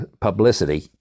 publicity